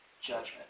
judgment